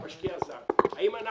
לשעבר מנכ"ל משרד הבריאות.